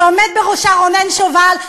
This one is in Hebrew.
שעומד בראשה רונן שובל,